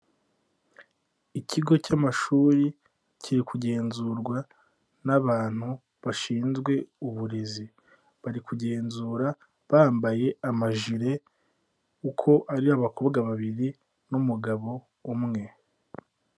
Ikigo cy'amashuri kiri kugenzurwa n'abantu bashinzwe uburezi, bari kugenzura bambaye amajire uko ari abakobwa babiri n'umugabo umwe.